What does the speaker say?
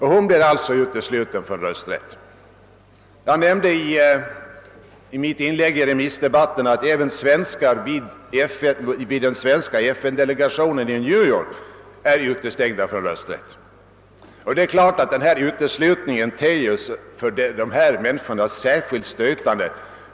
Hon blir alltså utesluten från rösträtt. Jag nämnde i mitt inlägg i remissdebatten att även svenskar vid FN delegationen i New York är utestängda från rösträtt.